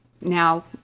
now